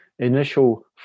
initial